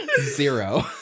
Zero